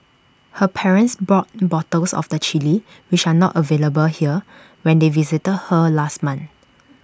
her parents brought bottles of the Chilli which are not available here when they visited her last month